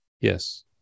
Yes